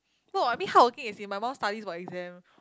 no I mean hardworking as in my mum studies for exam